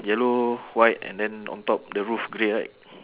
yellow white and then on top the roof grey right